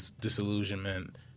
disillusionment